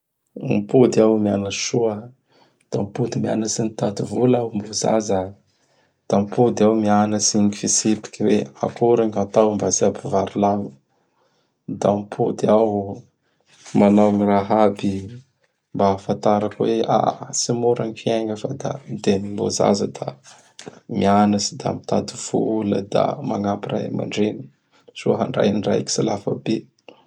Mipody iaho mianatsy soa da mipody mianatsy mitady vola aho mbô zaza. Da mipody iaho mianatsy gny fitsipiky hoe akory gny hatao mba tsy hampivarilavo. Da mipody iaho manao gny raha aby mba ahafantarako hoe aha tsy mora gny fiaingana fa dieny mbô zaza da mianatsy da mitady vola da magnampy Ray aman-dReny soa handray andraiky lafa be.